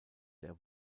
der